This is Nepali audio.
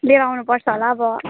लिएर आउनुपर्छ होला अब